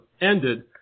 ended